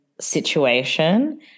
situation